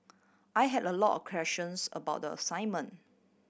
I had a lot of questions about the assignment